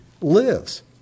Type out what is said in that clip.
lives